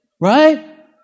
Right